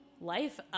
life